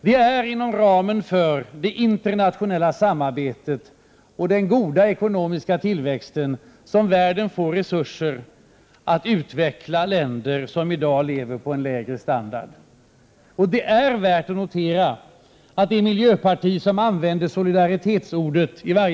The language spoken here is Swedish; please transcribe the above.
Det är ju inom ramen för det internationella samarbetet och för en god ekonomisk tillväxt som världen får resurser att utveckla de länder där man i dag har en lägre levnadsstandard. Det är värt att notera att det är miljöpartiet som använder ordet solidaritet i alla sammanhang.